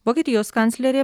vokietijos kanclerė